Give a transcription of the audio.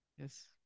Yes